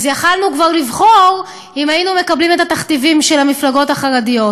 אז יכולנו כבר לבחור אם היינו מקבלים את התכתיבים של המפלגות החרדיות.